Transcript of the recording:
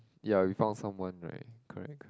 ya we found someone right correct